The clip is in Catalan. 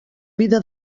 vida